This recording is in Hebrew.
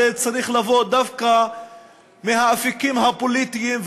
צריך לבוא דווקא מהאפיקים הפוליטיים,